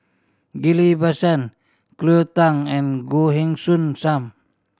Ghillie Basan Cleo Thang and Goh Heng Soon Sam